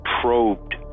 probed